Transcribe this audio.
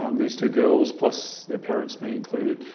um these two girls, plus their parents, me included,